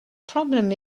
problem